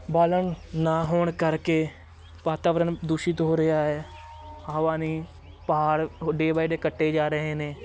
ਬਾਲਣ ਨਾ ਹੋਣ ਕਰਕੇ ਵਾਤਾਵਰਨ ਦੂਸ਼ਿਤ ਹੋ ਰਿਹਾ ਹੈ ਹਵਾ ਨਹੀਂ ਪਹਾੜ ਡੇ ਬਾਏ ਡੇ ਕੱਟੇ ਜਾ ਰਹੇ ਨੇ